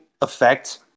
affect